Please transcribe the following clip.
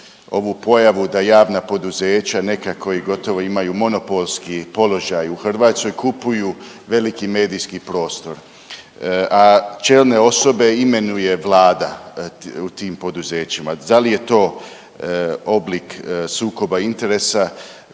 ovu pojavu da javna poduzeća neka koja gotovo imaju monopolski položaj u Hrvatskoj kupuju veliki medijski prostor, a čelne osobe imenuje vlada u tim poduzećima. Dal je to oblik sukoba interesa